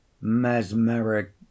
Mesmeric